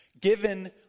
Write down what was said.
given